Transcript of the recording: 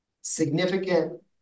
significant